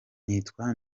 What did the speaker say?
nitwa